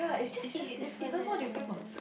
it's just different eh